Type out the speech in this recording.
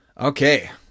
Okay